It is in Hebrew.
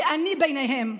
ואני ביניהם.